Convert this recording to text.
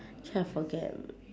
actually I forget